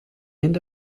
end